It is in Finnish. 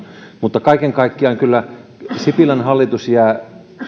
mutta kaiken kaikkiaan sipilän hallitus jää kyllä